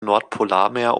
nordpolarmeer